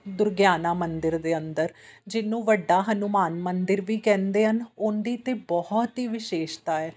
ਦੁਰਗਿਆਨਾ ਮੰਦਿਰ ਦੇ ਅੰਦਰ ਜਿਹਨੂੰ ਵੱਡਾ ਹਨੂੰਮਾਨ ਮੰਦਿਰ ਵੀ ਕਹਿੰਦੇ ਹਨ ਉਹ ਦੀ ਤਾਂ ਬਹੁਤ ਹੀ ਵਿਸ਼ੇਸ਼ਤਾਂ ਹੈ